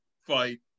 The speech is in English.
fight